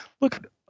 Look